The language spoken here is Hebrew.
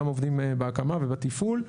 גם עובדים בהקמה ובתפעול,